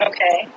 Okay